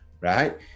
right